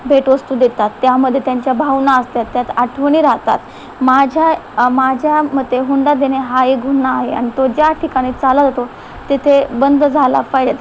भेटवस्तू देतात त्यामध्ये त्यांच्या भावना असतात त्यात आठवणी राहतात माझ्या माझ्या मते हुंडा देणे हा एक गुन्हा आहे आणि तो ज्या ठिकाणी चालत होतो तेथे बंद झाला पाहिजेत